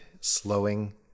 slowing